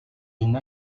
une